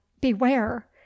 beware